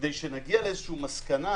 כדי שנגיע למסקנה,